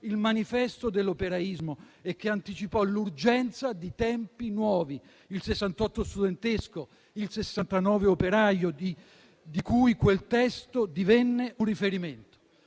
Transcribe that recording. il manifesto dell'operaismo e che anticipò l'urgenza di tempi nuovi (il Sessantotto studentesco, il Sessantanove operaio), di cui quel testo divenne un riferimento.